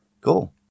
Cool